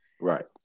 Right